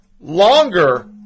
longer